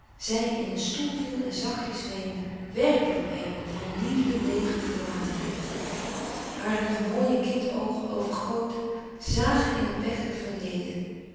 zij in een stoel viel en zachtjes weende wèrkelijk weende van liefde leêge verlatenheid hare nog mooie kind oogen overgoten zàgen in het weg ge verleden